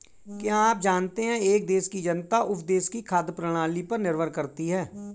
क्या आप जानते है एक देश की जनता उस देश की खाद्य प्रणाली पर निर्भर करती है?